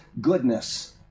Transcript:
goodness